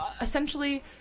essentially